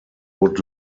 would